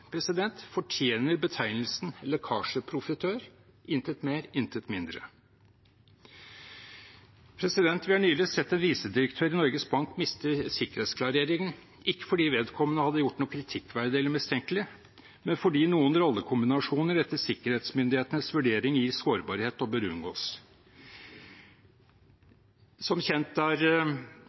fortjener betegnelsen lekkasjeprofitør – intet mer, intet mindre. Vi har nylig sett en visedirektør i Norges Bank miste sikkerhetsklareringen – ikke fordi vedkommende hadde gjort noe kritikkverdig eller mistenkelig, men fordi noen rollekombinasjoner etter sikkerhetsmyndighetenes vurdering gir sårbarhet og bør unngås. Som kjent er